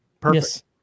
perfect